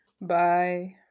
Bye